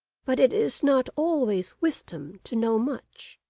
but it is not always wisdom to know much